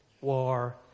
war